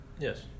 Yes